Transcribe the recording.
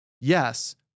yes